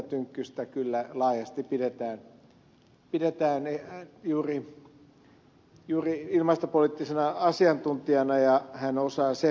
tynkkystä kyllä laajasti pidetään juuri ilmastopoliittisena asiantuntijana ja hän osaa sen